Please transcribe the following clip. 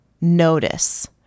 notice